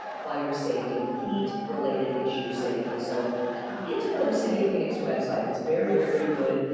ah fire safety, heat-related issue safety. so get to know the city of phoenix website. it's very, very good,